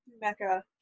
Mecca